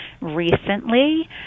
recently